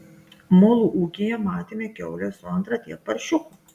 mulu ūkyje matėme kiaulę su antra tiek paršiukų